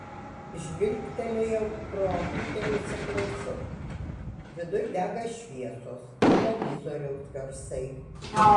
žvilgtelėjau pro akutę ir įsiklausiau viduj dega šviesos televizoriaus garsai